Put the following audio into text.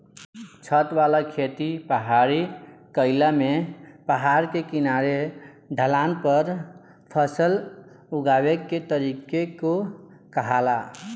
छत वाला खेती पहाड़ी क्इलाका में पहाड़ के किनारे ढलान पर फसल उगावे के तरीका के कहाला